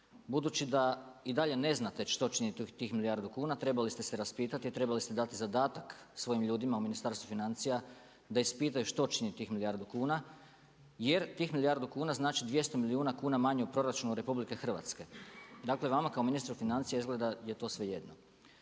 Budući da i dalje ne znate što … tih milijardu kuna trebali ste se raspitati i trebali ste dati zadatak svojim ljudima u Ministarstvu financija da ispitaju što … tih milijardu kuna jer tih milijardu kuna znači 200 milijuna kuna manje u proračunu RH. Dakle vama kao ministru financija izgleda da je to svejedno.